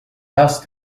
dust